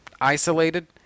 isolated